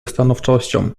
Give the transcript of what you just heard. stanowczością